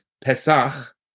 Pesach